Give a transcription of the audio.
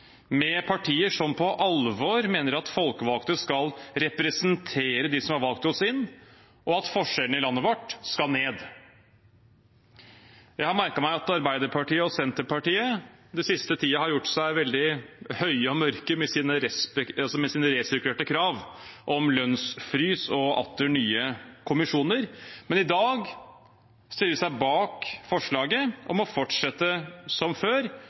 med partier som på alvor mener at folkevalgte skal representere de som har valgt oss inn, og at forskjellene i landet vårt skal ned. Jeg har merket meg at Arbeiderpartiet og Senterpartiet den siste tiden har gjort seg veldig høye og mørke med sine resirkulerte krav om lønnsfrys og atter nye kommisjoner, men i dag stiller de seg bak forslaget om å fortsette som før,